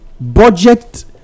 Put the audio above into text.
budget